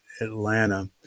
Atlanta